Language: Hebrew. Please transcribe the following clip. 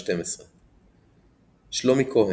2012 שלומי כהן,